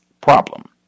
problem